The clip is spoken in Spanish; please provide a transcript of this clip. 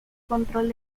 control